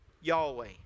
Yahweh